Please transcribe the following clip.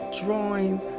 drawing